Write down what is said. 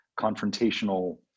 confrontational